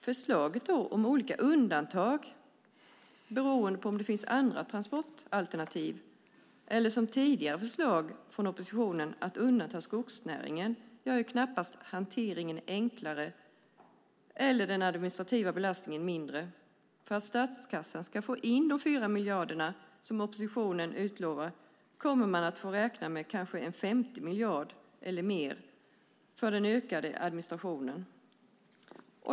Förslaget om olika undantag beroende på om det finns andra transportalternativ, eller som i tidigare förslag att man ska undanta skogsnäringen, gör knappast hanteringen enklare eller den administrativa belastningen mindre. För att statskassan ska få in de 4 miljarder som oppositionen utlovar kommer man att räkna med kanske en femte miljard eller mer för den ökade administrationen.